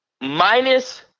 minus